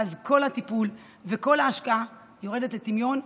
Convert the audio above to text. ואז כל הטיפול וכל ההשקעה יורדים לטמיון,